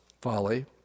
folly